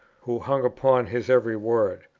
who hung upon his every word?